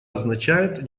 означает